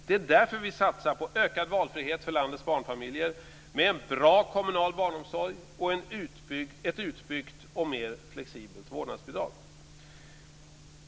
Det är därför vi satsar på ökad valfrihet för landets barnfamiljer med en bra kommunal barnomsorg och ett utbyggt och mer flexibelt vårdnadsbidrag.